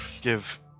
give